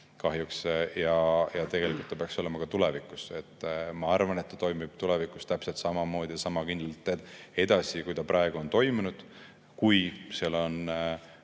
kahjuks, ja tegelikult peaks olema nii ka tulevikus. Ma arvan, et see toimib tulevikus täpselt samamoodi ja sama kindlalt edasi, kui praegu on toiminud. Kui on